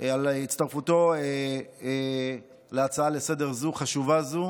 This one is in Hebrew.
על הצטרפותו להצעה לסדר-היום חשובה זאת.